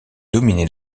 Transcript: dominait